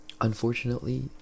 unfortunately